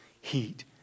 heat